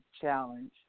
challenge